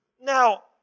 Now